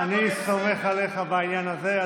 אני סומך עליך בעניין הזה,